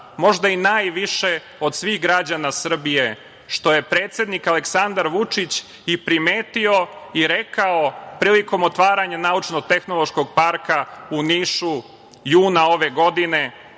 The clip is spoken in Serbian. možda i najviše od svih građana Srbije, što je predsednik Aleksandar Vučić i primetio i rekao prilikom otvaranja Naučno-tehnološkog parka u Nišu, juna ove godine,